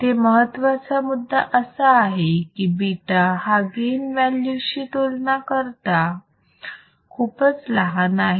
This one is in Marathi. इथे महत्त्वाचा मुद्दा असा आहे की β हा गेन व्हॅल्यू शी तुलना करता खूपच लहान आहे